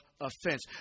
offense